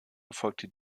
erfolgte